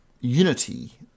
unity